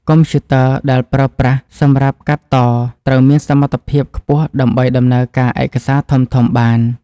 កុំព្យូទ័រដែលប្រើប្រាស់សម្រាប់កាត់តត្រូវតែមានសមត្ថភាពខ្ពស់ដើម្បីដំណើរការឯកសារធំៗបាន។